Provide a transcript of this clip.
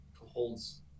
holds